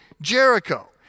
Jericho